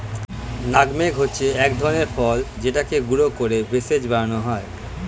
nutmeg হচ্ছে এক ধরনের ফল যেটাকে গুঁড়ো করে ভেষজ বানানো হয়